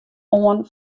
oan